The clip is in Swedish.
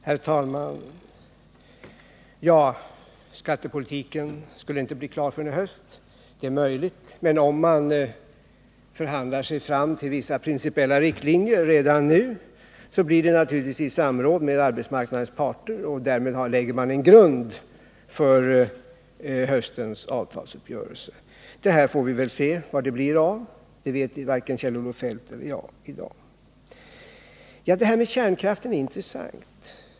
Herr talman! Skattepolitiken skulle inte bli klar förrän i höst, har det sagts. Det är möjligt, men om man förhandlar sig fram till vissa principiella riktlinjer redan nu, gör man naturligtvis det i samråd med arbetsmarknadens parter, och därmed lägger man också en grund för höstens avtalsuppgörelser. Vad det blir av detta får vi väl se — det vet varken Kjell-Olof Feldt eller jag i dag. Det här som nu sades om kärnkraften är intressant.